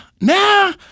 nah